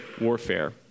warfare